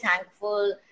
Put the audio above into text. thankful